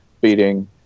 beating